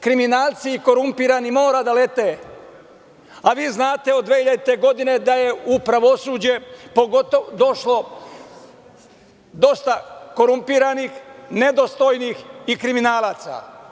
Kriminalci i korumpirani mora da lete, a vi znate, od 2000. godine da je u pravosuđe došlo dosta korumpiranih, nedostojnih i kriminalaca.